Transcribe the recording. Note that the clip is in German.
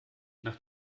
nach